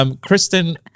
Kristen